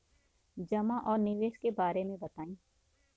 जमा और निवेश के बारे मे बतायी?